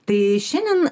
tai šiandien